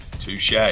Touche